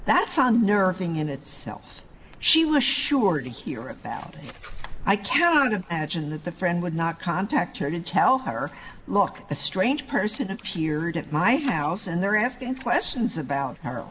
that's on earth thing in itself she was sure to hear about i can't imagine that the friend would not contact her and tell her look a strange person appeared at my house and they're asking questions about her